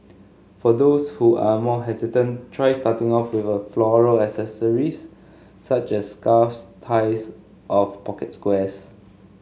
for those who are more hesitant try starting off with floral accessories such as scarves ties of pocket squares